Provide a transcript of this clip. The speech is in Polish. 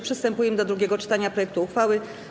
Przystępujemy do drugiego czytania projektu uchwały.